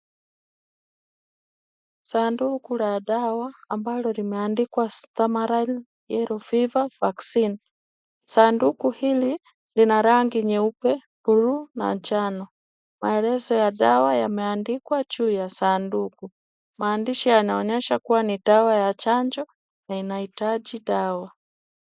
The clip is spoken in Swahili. Sanduku la dawa ambalo limeandikwa Stamaril Yellow Fever Vaccine. Sanduku hili lina rangi nyeupe, bluu na njano. Maelezo ya dawa yameandikwa juu ya sanduku. Maandishi yanaonyesha kuwa ni dawa ya chanjo na inahitaji dawa.